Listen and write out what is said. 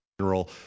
general